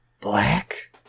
Black